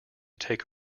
take